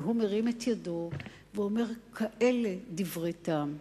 והוא מרים את ידו ואומר דברי טעם כאלה,